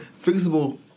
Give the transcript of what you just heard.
Fixable